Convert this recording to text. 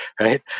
right